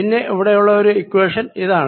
പിന്നെയുള്ള ഒരു ഇക്വേഷൻ ഇതാണ്